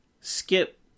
Skip